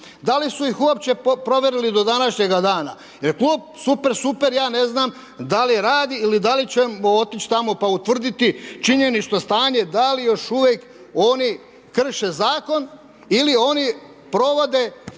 Da li su ih uopće provjerili do današnjega dana? Jer klub Super, super ja ne znam da li radi ili da li ćemo otići tamo pa utvrditi činjenično stanje da li još uvijek oni krše zakon ili one provode